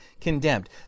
condemned